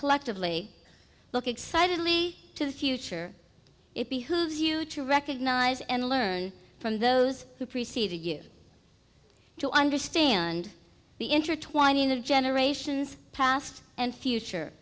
collectively look excitedly to the future it behooves you to recognize and learn from those who preceded you to understand the intertwining of generations past and future